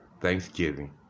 Thanksgiving